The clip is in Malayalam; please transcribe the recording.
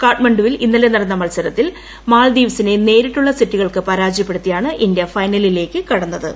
കാഠ്മണ്ഡുവിൽ ഇന്നലെ നടന്ന മത്സരത്തിൽ മാൽദ്ധീപ്പ്സിനെ നേരിട്ടുള്ള സെറ്റുകൾക്കു പരാജയപ്പെടുത്തിയാണ് ഇന്ന്യൂ ഫൈനലിലേക്ക് കടന്നത്